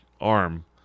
Arm